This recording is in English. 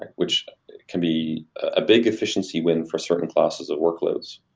and which can be a big efficiency win for certain classes of workloads